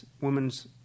woman's